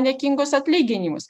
niekingus atlyginimus